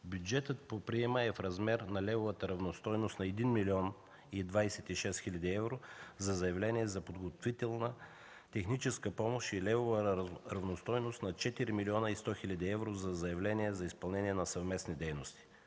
Бюджетът по приема е в размер на левовата равностойност на 1 млн. 26 хил. евро за заявление за подготвителна техническа помощ и левова равностойност на 4 млн. 100 хил. евро за заявление за изпълнение на съвместни дейности.